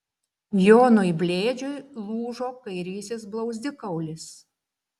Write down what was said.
jonui blėdžiui lūžo kairysis blauzdikaulis